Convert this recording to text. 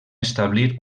establir